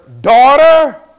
daughter